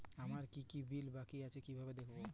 আমার কি কি বিল বাকী আছে কিভাবে দেখবো?